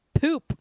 poop